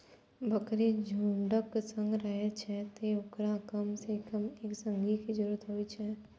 बकरी झुंडक संग रहै छै, तें ओकरा कम सं कम एक संगी के जरूरत होइ छै